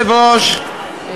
התשע"ו 2016,